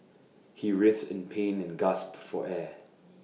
he writhed in pain and gasped for air